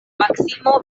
maksimo